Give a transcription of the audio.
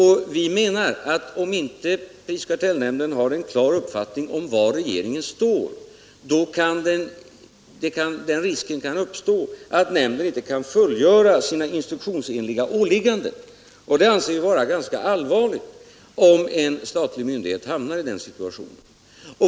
Har inte pris och kartellnämnden en klar uppfattning om var regeringen står kan, enligt vår åsikt, den risken uppstå att nämnden inte kan fullgöra sina instruktionsenliga åligganden. Vi anser det vara ganska allvarligt om en statlig myndighet hamnar i den situationen.